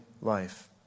life